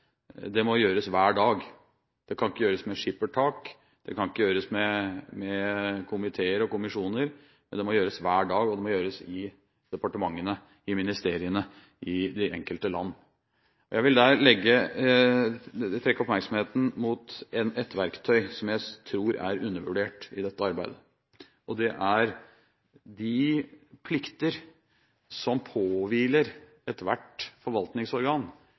Det må gjøres hver dag. Det kan ikke gjøres med skippertak, det kan ikke gjøres med komiteer og kommisjoner, men det må gjøres hver dag, og det må gjøres i departementene og i ministeriene i de enkelte land. Jeg vil trekke oppmerksomheten mot et verktøy som jeg tror er undervurdert i dette arbeidet, og det er de plikter som påhviler ethvert forvaltningsorgan